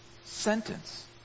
sentence